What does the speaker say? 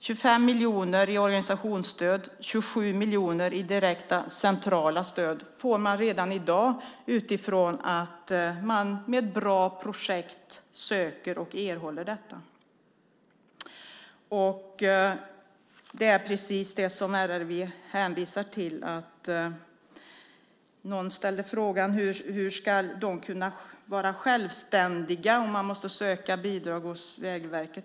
25 miljoner i organisationsstöd och 27 miljoner i direkta centrala stöd får man redan i dag utifrån att man med bra projekt söker och erhåller detta. Det är precis det som RRV hänvisar till. Någon ställde frågan: Hur ska de kunna vara självständiga om de måste söka bidrag hos Vägverket?